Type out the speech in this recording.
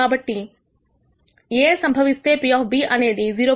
కాబట్టి A సంభవిస్తేP అనేది 0